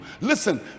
listen